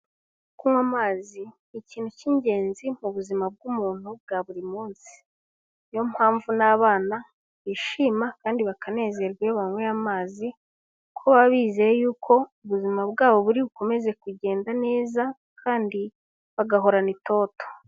kunywa amazi ni ikintu cy'ingenzi mu buzima bw'umuntu bwa buri munsi, ni yo mpamvu n'abana bishima kandi bakanezerwa iyo banyweye amazi ko bizeye yuko ubuzima bwabo buri bukomeze kugenda neza kandi bagahorana itoto.